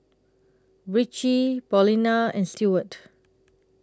Ritchie Paulina and Stewart